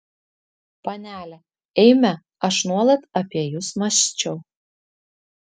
panele eime aš nuolat apie jus mąsčiau